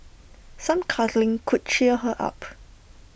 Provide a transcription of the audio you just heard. some cuddling could cheer her up